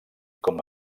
com